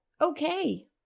Okay